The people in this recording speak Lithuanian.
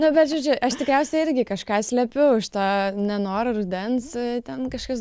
nu bet žodžiu aš tikriausiai irgi kažką slepiu tą nenorą rudens ten kažkas